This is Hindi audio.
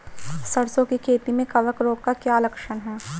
सरसों की खेती में कवक रोग का कोई लक्षण है?